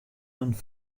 plannen